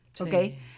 okay